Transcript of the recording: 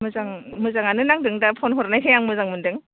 मोजां मोजाङानो नांदों दा फ'न हरनायखाय आं मोजां मोनदों